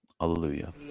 hallelujah